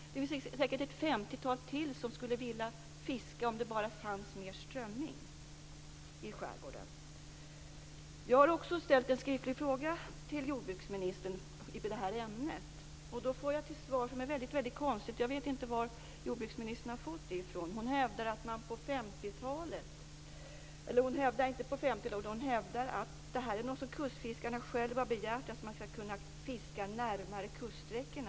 Det finns säkert ett femtiotal till som skulle vilja fiska om det bara fanns mer strömming i skärgården. Jag har ställt en skriftlig fråga till jordbruksministern i det här ämnet och har fått ett svar som är väldigt konstigt. Jordbruksministern hävdar, och jag vet inte varifrån hon har fått det, att kustfiskarna själva har begärt att man skall kunna fiska närmare kuststräckorna.